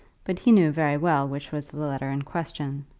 but he knew very well which was the letter in question.